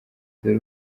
dore